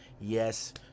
Yes